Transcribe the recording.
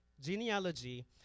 Genealogy